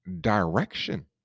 direction